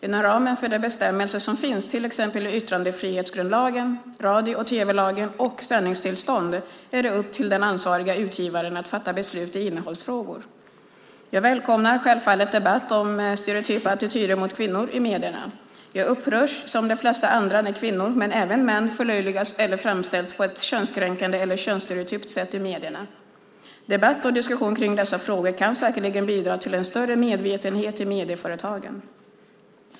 Inom ramen för de bestämmelser som finns till exempel i yttrandefrihetsgrundlagen, radio och tv-lagen och sändningstillstånd är det upp till den ansvariga utgivaren att fatta beslut i innehållsfrågor. Jag välkomnar självfallet debatt om stereotypa attityder mot kvinnor i medierna. Jag upprörs som de flesta andra när kvinnor, men även män, förlöjligas eller framställs på ett könskränkande eller könsstereotypt sätt i medierna. Debatt och diskussion kring dessa frågor kan säkerligen bidra till en större medvetenhet i medieföretagen.